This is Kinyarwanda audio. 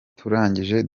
turangije